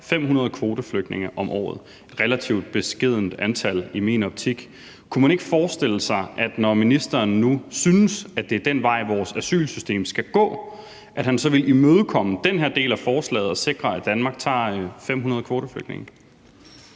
500 kvoteflygtninge om året, et relativt beskedent antal i min optik. Kunne man ikke forestille sig, når ministeren nu synes, at det er den vej, vores asylsystem skal gå, at han så ville imødekomme den her del af forslaget og sikre, at Danmark tager 500 kvoteflygtninge?